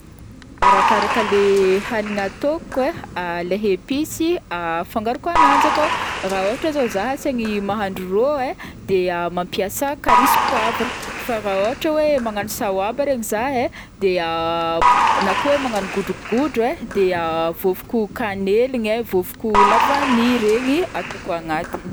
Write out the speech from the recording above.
Arakaraka le hagniny ataoko e leha epice afangaroko agnazy akao, raha ôhatra zao za asegny mahandro rô e de mampiasa carry sy poivre, fa ra ôhatra zao hoe magnano sahoaba regny zaho e de na koa hoe magnano godrogodro e de vovoko cagnelina e, vovoko lavanille regny ataoko agnatiny.